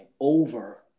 over